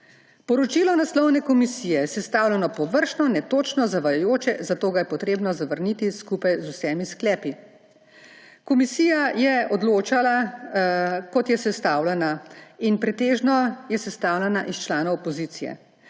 Poročilo naslovne komisije je sestavljeno površno, netočno, zavajajoče, zato ga je treba zavrniti skupaj z vsemi sklepi. Komisija je odločala, kot je sestavljena. In pretežno je sestavljena iz članov opozicije.